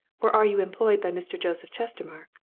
or are you employed by mr. joseph chestermarke?